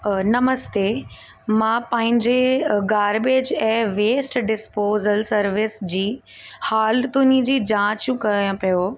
नमस्ते मां पंहिंजे गार्बेज ऐं वेस्ट डिस्पोजल सर्विस जी हालतुनि जी जाचूं कयां पियो